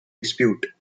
dispute